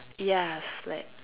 ya flag